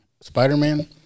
Spider-Man